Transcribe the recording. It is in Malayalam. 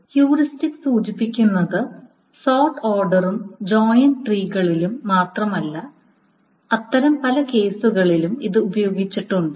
ഹ്യൂറിസ്റ്റിക്സ് സൂചിപ്പിക്കുന്നത് സോർട്ട് ഓർഡർ ഉം ജോയിൻ ട്രീകളിലും മാത്രമല്ല അത്തരം പല കേസുകളിലും ഇത് ഉപയോഗിച്ചിട്ടുണ്ട്